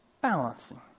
balancing